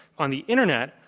on the internet,